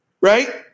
right